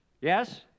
yes